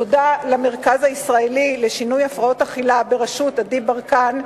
תודה למרכז הישראלי לשינוי הרגלי אכילה בראשות עדי ברקן,